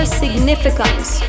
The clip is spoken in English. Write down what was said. significance